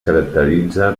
caracteritza